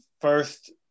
first